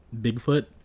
Bigfoot